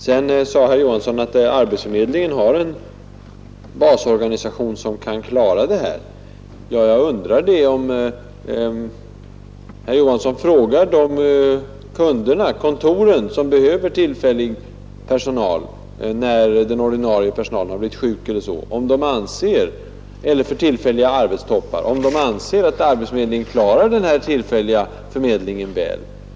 Sedan sade herr Johansson att arbetsförmedlingen har en basorganisation som kan klara det här. Ja, jag undrar det. Herr Johansson kan ju fråga kunderna, kontoren, som behöver tillfällig personal när den ordinarie personalen har blivit sjuk eller för tillfälliga arbetstoppar, om de anser att arbetsförmedlingen klarar denna tillfälliga förmedling väl.